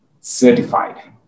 certified